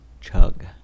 chug